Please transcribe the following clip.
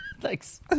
Thanks